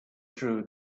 true